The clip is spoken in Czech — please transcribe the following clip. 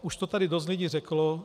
Už to tady dost lidí řeklo.